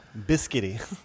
biscuity